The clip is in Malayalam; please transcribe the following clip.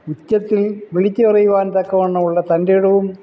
ഉച്ചത്തിൽ വിളിച്ചുപറയുവാൻ തക്കവണ്ണമുള്ള തൻറേടവും